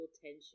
tension